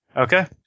Okay